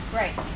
Great